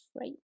right